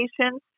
patients